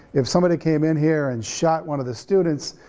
if somebody came in here and shot one of the students,